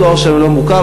התואר שלהם לא מוכר,